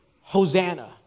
Hosanna